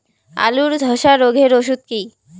আলুর ধসা রোগের ওষুধ কি?